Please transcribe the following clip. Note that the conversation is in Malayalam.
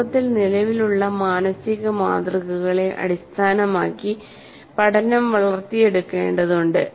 ലോകത്തിൽ നിലവിലുള്ള മാനസിക മാതൃകകളെ അടിസ്ഥാനമാക്കി പഠനം വളർത്തിയെടുക്കേണ്ടതുണ്ട്